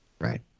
Right